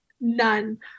none